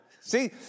See